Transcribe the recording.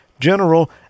general